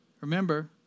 Remember